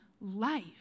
life